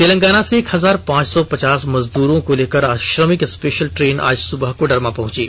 तेलंगाना से एक हजार पांच सौ पचास मंजदूरों को लेकर श्रमिक स्पेषल ट्रेन आज सुबह कोडरमा पहंची